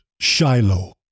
Shiloh